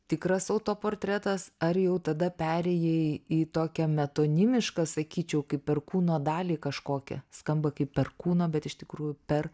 tikras autoportretas ar jau tada perėjai į tokią metonimišką sakyčiau kaip per kūno dalį kažkokią skamba kaip perkūno bet iš tikrųjų per